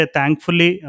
Thankfully